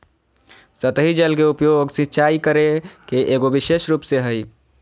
सतही जल के उपयोग, सिंचाई करे के एगो विशेष रूप हइ